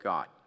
God